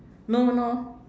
no no no